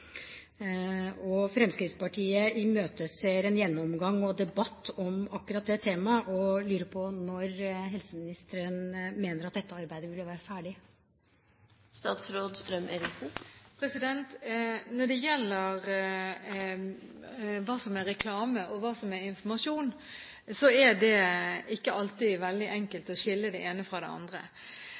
reklameforbudet. Fremskrittspartiet imøteser en gjennomgang og debatt om akkurat det temaet, og lurer på når helseministeren mener at dette arbeidet vil være ferdig. Når det gjelder hva som er reklame, og hva som er informasjon, er det ikke alltid veldig enkelt å skille det ene fra det andre.